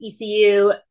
ECU